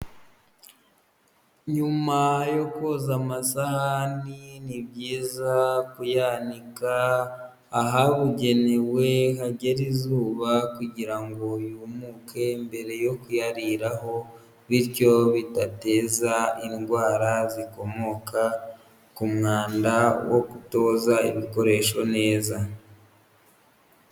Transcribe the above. Nyuma yo koza amasahani ni byiza kuyanika ahabugenewe hagera izuba kugira ngo yumuke mbere yo kuyariraho, bityo bidateza indwara zikomoka ku mwanda wo kutoza ibikoresho neza.